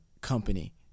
company